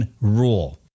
rule